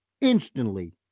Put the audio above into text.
instantly